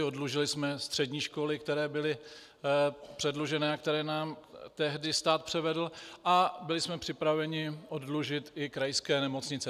Oddlužili jsme střední školy, které byly předlužené a které nám tehdy stát převedl, a byli jsme připraveni oddlužit i krajské nemocnice.